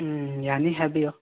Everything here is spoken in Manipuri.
ꯎꯝ ꯌꯥꯅꯤ ꯍꯥꯏꯕꯤꯌꯣ